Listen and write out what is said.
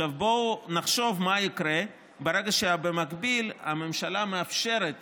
עכשיו בואו נחשוב מה יקרה ברגע שבמקביל הממשלה מאפשרת